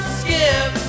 skip